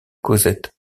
cosette